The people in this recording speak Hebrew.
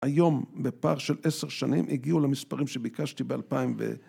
היום בפער של עשר שנים הגיעו למספרים שביקשתי באלפיים ו...